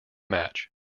match